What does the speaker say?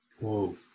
Whoa